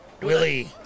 Willie